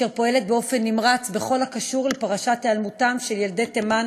אשר פועלת באופן נמרץ בכל הקשור לפרשת היעלמותם של ילדי תימן,